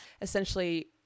Essentially –